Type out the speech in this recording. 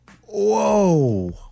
Whoa